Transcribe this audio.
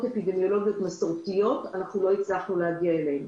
אפידמיולוגיות מסורתיות אנחנו לא הצלחנו להגיע אליהם.